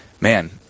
man